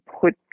put